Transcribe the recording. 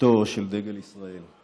חשיבותו של דגל ישראל.